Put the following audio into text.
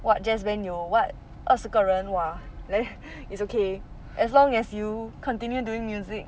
what jazz band 有 what 二十个人 !wah! then it's okay as long as you continue doing music